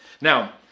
now